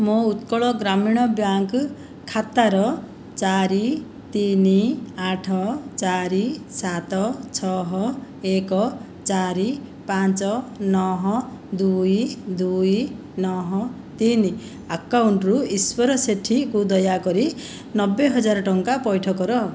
ମୋ ଉତ୍କଳ ଗ୍ରାମୀଣ ବ୍ୟାଙ୍କ୍ ଖାତାର ଚାରି ତିନି ଆଠ ଚାରି ସାତ ଛଅ ଏକ ଚାରି ପାଞ୍ଚ ନଅ ଦୁଇ ଦୁଇ ନଅ ତିନି ଆକାଉଣ୍ଟରୁ ଈଶ୍ୱର ସେଠୀକୁ ଦୟାକରି ନବେହଜାର ଟଙ୍କା ପୈଠ କର